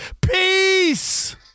Peace